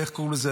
איך קוראים לזה.